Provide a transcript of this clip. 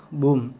boom